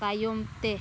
ᱛᱟᱭᱚᱢ ᱛᱮ